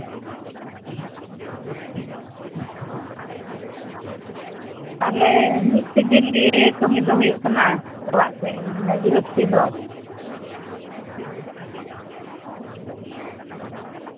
ᱛᱟᱦᱞᱮ ᱢᱤᱫ ᱥᱤᱡᱤᱱ ᱜᱮ ᱠᱟᱹᱢᱤ ᱫᱚ ᱦᱩᱭᱩᱜ ᱠᱟᱱᱟ ᱚᱲᱟᱜ ᱥᱮ ᱢᱟᱱᱮ ᱜᱤᱨᱚᱥᱛᱤ ᱫᱚ